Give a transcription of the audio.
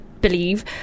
believe